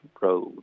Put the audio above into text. road